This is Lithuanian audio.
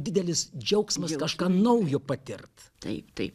didelis džiaugsmas kažką naujo patirt taip taip